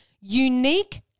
unique